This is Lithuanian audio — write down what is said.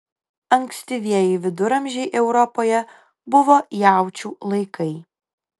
ankstyvieji viduramžiai europoje buvo jaučių laikai